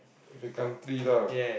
is a country lah